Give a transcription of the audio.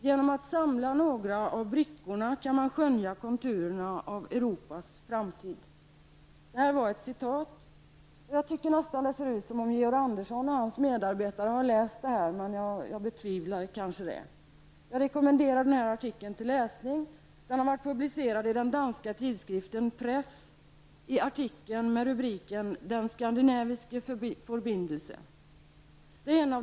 Genom att samla några av brickorna kan man skönja konturerna av Europas framtid.'' Jag tycker nästan att det ser ut som om Georg Andersson och hans medarbetare har läst detta citat. Dock kanske jag betvivlar det. Jag rekommenderar dem att läsa denna artikel. Den har varit publicerad i den danska tidskriften Press. Artikeln har rubriken Den skandinaviske forbindelse.